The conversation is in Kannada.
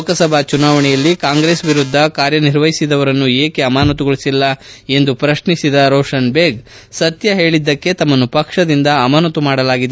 ಲೋಕಸಭಾ ಚುನಾವಣೆಯಲ್ಲಿ ಕಾಂಗ್ರೆಸ್ ವಿರುದ್ದ ಕಾರ್ಯನಿರ್ವಹಿಸಿದವರನ್ನು ಏಕೆ ಅಮಾನತುಗೊಳಿಸಿಲ್ಲ ಎಂದು ಪ್ರಶ್ನಿಸಿದ ರೋಷನ್ ಬೇಗ್ ಸತ್ತ ಹೇಳಿದ್ದಕ್ಕೆ ತಮ್ನನ್ನು ಪಕ್ಷದಿಂದ ಅಮಾನತು ಮಾಡಲಾಗಿದೆ